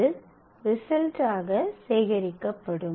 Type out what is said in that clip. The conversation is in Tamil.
அது ரிசல்ட் ஆக சேகரிக்கப்படும்